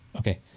Okay